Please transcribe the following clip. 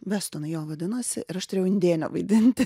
vestonai jo vadinosi ir aš turėjau indėnę vaidinti